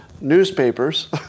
Newspapers